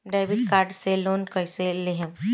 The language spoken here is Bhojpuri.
डेबिट कार्ड से लोन कईसे लेहम?